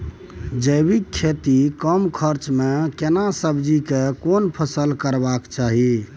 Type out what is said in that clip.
जैविक खेती कम खर्च में केना सब्जी के कोन फसल करबाक चाही?